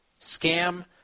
Scam